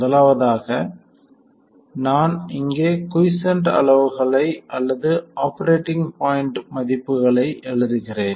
முதலாவதாக நான் இங்கே குய்ஸ்சென்ட் அளவுகளை அல்லது ஆபரேட்டிங் பாய்ண்ட் மதிப்புகளை எழுதுகிறேன்